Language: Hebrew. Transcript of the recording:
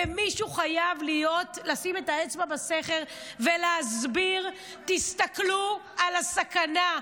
ומישהו חייב לשים את האצבע בסכר ולהסביר: תסתכלו על הסכנה,